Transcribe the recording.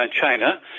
China